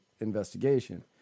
investigation